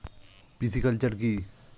Pisciculture কি?